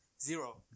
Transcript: Zero